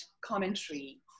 commentary